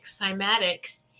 cymatics